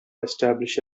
establish